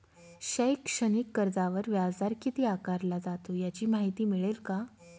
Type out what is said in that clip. शैक्षणिक कर्जावर व्याजदर किती आकारला जातो? याची माहिती मिळेल का?